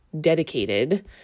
dedicated